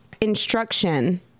instruction